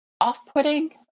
off-putting